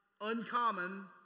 uncommon